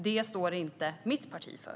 Det står inte mitt parti för.